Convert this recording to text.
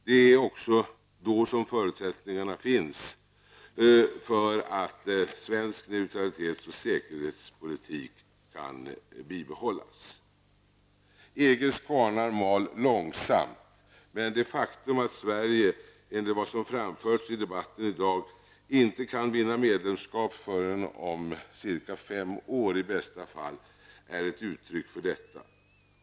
Det är också då som förutsättningarna föreligger för att svensk neutralitets och säkerhetspolitik kan bibehållas. EGs kvarnar mal långsamt. Det faktum att Sverige, enligt vad som framförts i debatten i dag, inte kan vinna medlemskap förrän om cirka fem år i bästa fall är ett uttryck för detta.